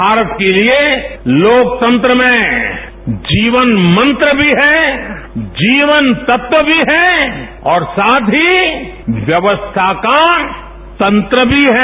भारत के लिए लोकतंत्र में जीवन मंत्र भी है जीवन तत्व भी है और साथ ही व्यवस्था का तंत्र भी है